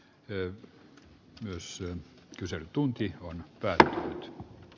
he myös yön kyselytunti on petr v